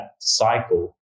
cycle